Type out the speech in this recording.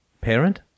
parent